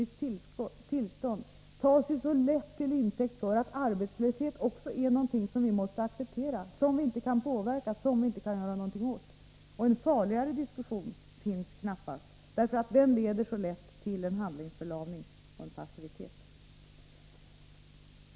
Sådant tas så lätt till intäkt för att arbetslösheten också är någonting som vi måste acceptera, som vi inte kan påverka eller göra någonting åt. En farligare diskussion finns knappast, för den leder till handlingsförlamning och passivitet.